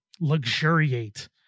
luxuriate